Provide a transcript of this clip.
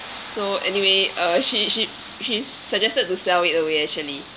so anyway uh she she she suggested to sell it away actually